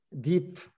deep